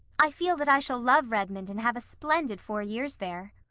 i feel that i shall love redmond and have a splendid four years there.